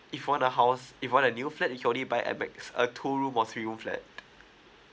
if want the house if want a new flat you can only buy at backs uh two room or three room flat